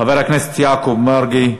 חבר הכנסת יעקב מרגי?